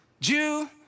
Jew